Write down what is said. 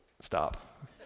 Stop